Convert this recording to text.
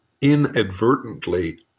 inadvertently